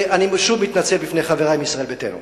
אני שוב מתנצל בפני חברי מישראל ביתנו.